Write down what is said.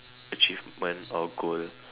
achievement or goal